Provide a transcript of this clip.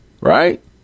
Right